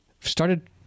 started